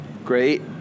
Great